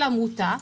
לעמותה,